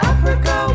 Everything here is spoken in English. Africa